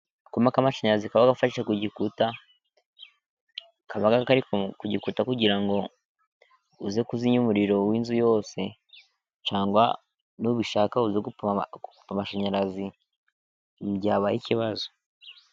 Akuma kamashanyazi kaba gafashe kugikuta, kaba kari kugikuta kugira ngo, uze kuzimya umuriro w'inzu yose cyangwa n'ubishaka uze gukupa amashanyarazi, mu gihe habaye ikibazo.